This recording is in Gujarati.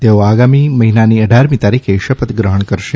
તેઓ આગામી મહિનાની અઢારમી તારીખે શપથ ગ્રહણ કરશે